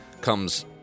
comes